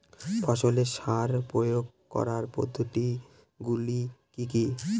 ফসলে সার প্রয়োগ করার পদ্ধতি গুলি কি কী?